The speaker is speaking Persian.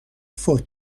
فوت